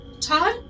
Todd